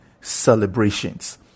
celebrations